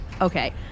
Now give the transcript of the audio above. Okay